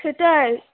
সেটাই